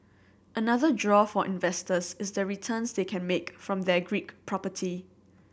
another draw for investors is the returns they can make from their Greek property